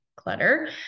clutter